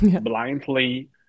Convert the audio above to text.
blindly